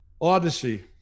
odyssey